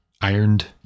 ironed